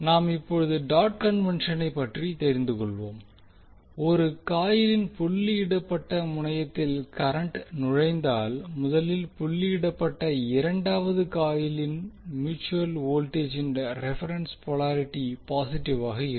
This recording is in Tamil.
நாம் இப்பொழுது டாட் கன்வெண்க்ஷனை பற்றி தெரிந்துகொள்வோம் ஒரு காயிலின் புள்ளியிடப்பட்ட முனையத்தில் கரண்ட் நுழைந்தால் முதலில் புள்ளியிடப்பட்ட இரண்டாவது காயிலின் மியூட்சுவல் வோல்டேஜின் ரெபெரென்ஸ் போலாரிட்டி பாசிட்டிவாக இருக்கும்